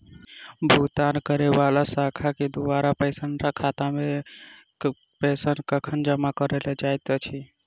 भुगतान करै वला शाखा केँ द्वारा पेंशनरक खातामे पेंशन कखन जमा कैल जाइत अछि